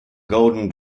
golden